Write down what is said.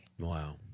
Wow